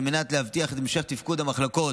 על מנת להבטיח את המשך תפקוד המחלקות,